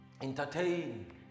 Entertain